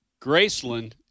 Graceland